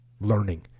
Learning